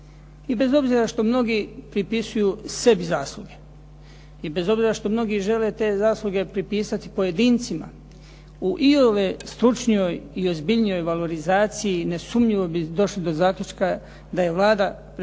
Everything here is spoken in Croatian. I bez obzira što mnogi pripisuju sebi zasluge i bez obzira što mnogi žele te zasluge pripisati pojedincima, u iole stručnijoj i ozbiljnijoj valorizaciji nesumnjivo bi došli do zaključka da je Vlada Republike